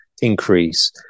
increase